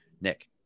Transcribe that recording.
Nick